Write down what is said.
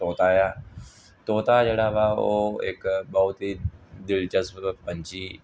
ਤੋਤਾ ਆ ਤੋਤਾ ਜਿਹੜਾ ਵਾ ਉਹ ਇੱਕ ਬਹੁਤ ਹੀ ਦਿਲਚਸਪ ਪੰਛੀ